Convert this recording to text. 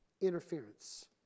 interference